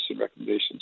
recommendations